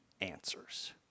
answers